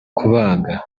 kubaga